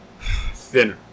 Thinner